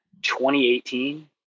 2018